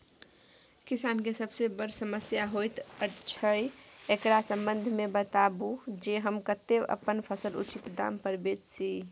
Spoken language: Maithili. किसान के सबसे बर समस्या होयत अछि, एकरा संबंध मे बताबू जे हम कत्ते अपन फसल उचित दाम पर बेच सी?